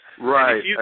Right